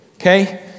okay